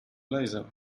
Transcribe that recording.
laser